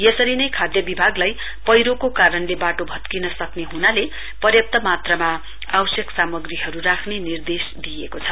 यसरी नै खाद्य विभागलाई पैह्रोको कारणले बाटो भत्किन सक्ने हुनाले पर्याप्त मात्रामा आवश्यक सामग्रीहरू राख्ने निर्देश दिइएको छ